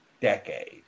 decade